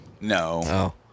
No